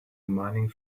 mining